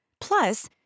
Plus